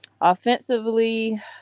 offensively